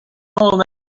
old